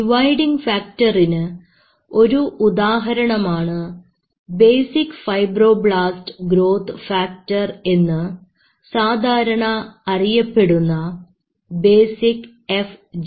dividing ഫാക്ടറിന് ഒരു ഉദാഹരണമാണ് ബേസിക് ഫൈബ്രോബ്ലാസ്റ് ഗ്രോത്ത് ഫാക്ടർ എന്ന് സാധാരണ അറിയപ്പെടുന്ന ബേസിക് FGF